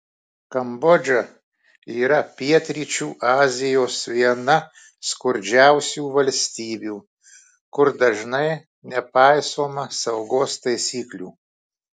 kambodža yra pietryčių azijos viena skurdžiausių valstybių kur dažnai nepaisoma saugos taisyklių